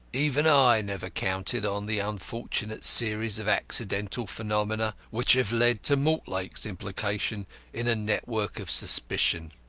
even i never counted on the unfortunate series of accidental phenomena which have led to mortlake's implication in a network of suspicion.